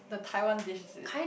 the Taiwan dish is it